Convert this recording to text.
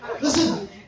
Listen